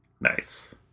Nice